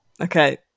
Okay